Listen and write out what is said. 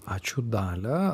ačiū dalia